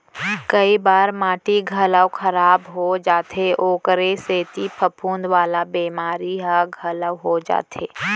कई बार माटी घलौ खराब हो जाथे ओकरे सेती फफूंद वाला बेमारी ह घलौ हो जाथे